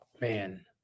Man